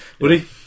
Woody